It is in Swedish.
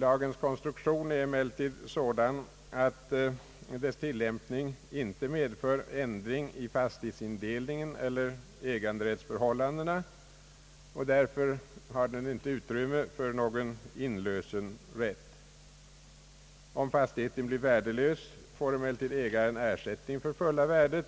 Lagens konstruktion är emellertid sådan, att dess tillämpning inte medför ändring i fastighetsindelningen eller äganderättsförhållandena, och därför har den inte utrymme för någon inlösensrätt. Om fastigheten blir värdelös, får emellertid ägaren ersättning för fulla värdet,